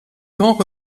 camps